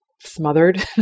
smothered